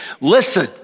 listen